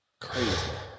Crazy